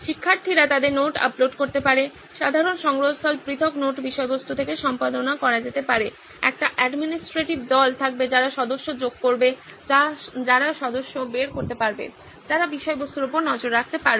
শিক্ষার্থীরা তাদের note upload করতে পারে সাধারণ সংগ্রহস্থল পৃথক নোট বিষয়বস্তু থেকে সম্পাদনা করা যেতে পারে একটি অ্যাডমিনিস্ট্রেটিভ দল থাকবে যারা সদস্য যোগ করবে যারা সদস্য বের করতে পারবে যারা বিষয়বস্তুর উপর নজর রাখতে পারবে